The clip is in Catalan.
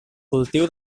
cultiu